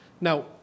Now